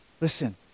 Listen